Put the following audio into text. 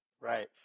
right